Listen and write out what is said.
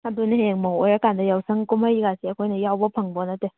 ꯑꯗꯨꯅꯤ ꯍꯌꯦꯡ ꯃꯧ ꯑꯣꯏꯔꯀꯥꯟꯗ ꯌꯥꯎꯁꯪ ꯀꯨꯝꯍꯩꯒꯥꯏꯁꯤ ꯑꯩꯈꯣꯏꯅ ꯌꯥꯎꯕ ꯐꯪꯄꯣꯠ ꯅꯠꯇꯦ